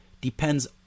depends